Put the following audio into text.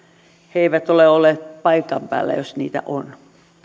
he eivät ole ole olleet paikan päällä jos heitä on